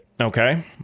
Okay